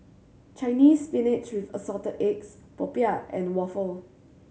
Chinese Spinach with Assorted Eggs popiah and waffle